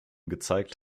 gezeigt